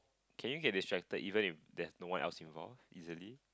can you get distracted even if there's no one else involved easily